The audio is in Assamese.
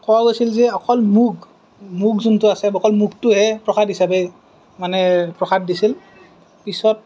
কোৱা গৈছিল যে অকল মুগ মুগ যোনটো আছে অলক মুগটোহে প্ৰসাদ হিচাপে মানে প্ৰসাদ দিছিল পিছত